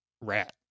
rat